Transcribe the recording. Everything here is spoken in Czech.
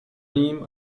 ním